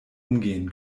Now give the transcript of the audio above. umgehen